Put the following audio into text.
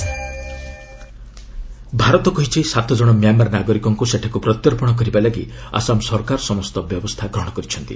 India Myanmar Bharat କହିଛି ସାତ ଜଣ ମ୍ୟାମାର୍ ନାଗରିକଙ୍କୁ ସେଠାକୁ ପ୍ରତ୍ୟର୍ପଣ କରିବା ଲାଗି ଆସାମ ସରକାର ସମସ୍ତ ବ୍ୟବସ୍ଥା ଗ୍ରହଣ କରିଛନ୍ତି